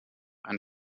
einen